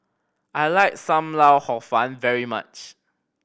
I like Sam Lau Hor Fun very much